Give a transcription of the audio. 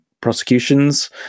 prosecutions